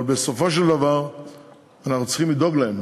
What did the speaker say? אבל בסופו של דבר אנחנו צריכים לדאוג להם,